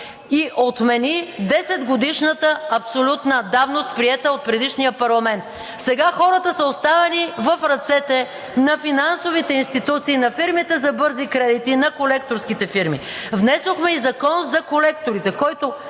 и отмени 10 годишната абсолютна давност, приета от предишния парламент. Сега хората са оставени в ръцете на финансовите институции, на фирмите за бързи кредити, на колекторските фирми. Внесохме и Закон за колекторите, който